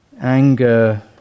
Anger